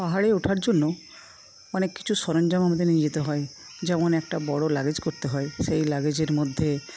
পাহাড়ে ওঠার জন্য অনেক কিছু সরঞ্জাম আমাদের নিয়ে যেতে হয় যেমন একটা বড় লাগেজ করতে হয় সেই লাগেজের মধ্যে